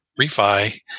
refi